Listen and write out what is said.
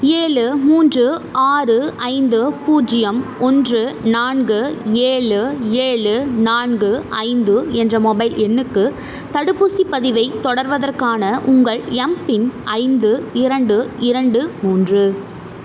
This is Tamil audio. ஏழு மூன்று ஆறு ஐந்து பூஜ்ஜியம் ஒன்று நான்கு ஏழு ஏழு நான்கு ஐந்து என்ற மொபைல் எண்ணுக்கு தடுப்பூசிப் பதிவைத் தொடர்வதற்கான உங்கள் எம்பின் ஐந்து இரண்டு இரண்டு மூன்று